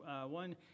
one